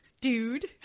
Dude